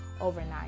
overnight